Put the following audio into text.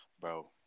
Bro